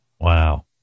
Wow